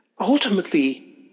Ultimately